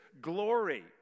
glory